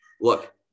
look